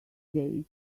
days